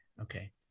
okay